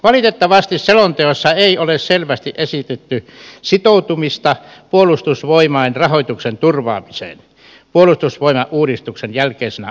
valitettavasti selonteossa ei ole selvästi esitetty sitoutumista puolustusvoimain rahoituksen turvaamiseen puolustusvoimauudistuksen jälkeisenä aikana